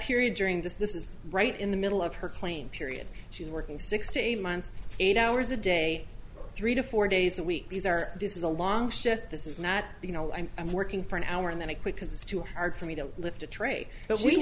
period during this this is right in the middle of her claim period she's working six to eight months eight hours a day three to four days a week these are this is a long shift this is not you know i'm i'm working for an hour and then i quit because it's too hard for me to lift a tra